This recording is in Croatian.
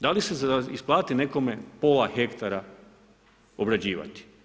Da li se isplati nekome pola hektara obrađivati?